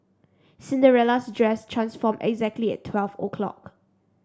Cinderella's dress transformed exactly at twelve O clock